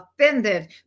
offended